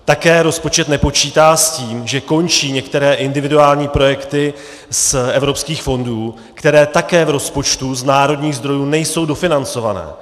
Také rozpočet nepočítá s tím, že končí některé individuální projekty z evropských fondů, které také v rozpočtu z národních zdrojů nejsou dofinancované.